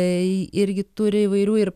tai irgi turi įvairių ir